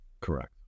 Correct